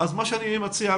אז מה שאני מציע,